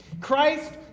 Christ